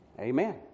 Amen